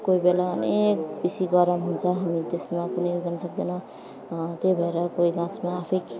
कोही बेला अनेक बेसी गरम हुन्छ हामी त्यसमा पनि गर्नु सक्दैन त्यही भएर कोही गाछमा आफै